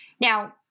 Now